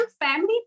family